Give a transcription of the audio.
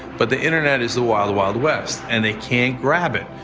but the internet is the wild, wild west and they can't grab it.